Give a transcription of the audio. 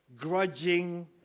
grudging